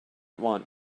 want